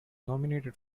nominated